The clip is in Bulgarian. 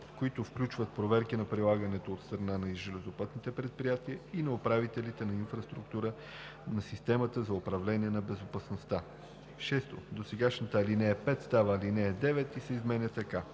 които включват проверки на прилагането от страна на железопътните предприятия и на управителите на инфраструктура на системата за управление на безопасността.“ 6. Досегашната ал. 5 става ал. 9 и се изменя така: